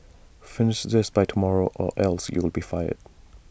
finish this by tomorrow or else you'll be fired